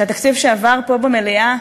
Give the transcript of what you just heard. שהתקציב שעבר פה במליאה,